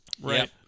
right